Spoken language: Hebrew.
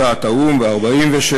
ולהצעת האו"ם מ-1947,